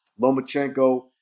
Lomachenko